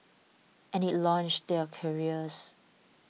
and it launched their careers